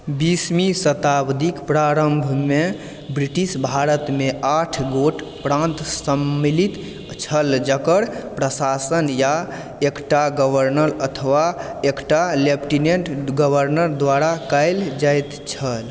बीसवीँ शताब्दीक प्रारम्भमे ब्रिटिश भारतमे आठ गोट प्रान्त सम्मलित छल जकर प्रशासन या एकटा गवर्नर अथवा एकटा लेफ्टिनेण्ट गवर्नर द्वारा कयल जाइत छल